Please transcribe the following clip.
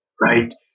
right